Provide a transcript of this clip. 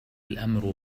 الأمر